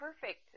perfect